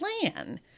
plan